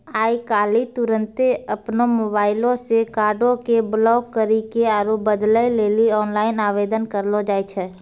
आइ काल्हि तुरन्ते अपनो मोबाइलो से कार्डो के ब्लाक करि के आरु बदलै लेली आनलाइन आवेदन करलो जाय छै